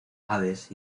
aves